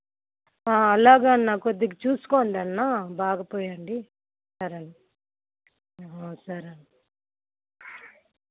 అలాగే అన్న కొద్దిగా చూసుకోండన్నా బాగా పోయిండి సరే అన్న సరే అన్న